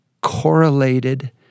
correlated